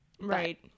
Right